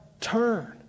turn